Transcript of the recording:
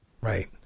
Right